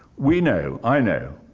we know, i know,